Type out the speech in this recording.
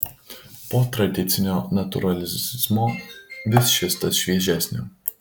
po tradicinio natūralizmo vis šis tas šviežesnio